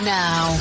now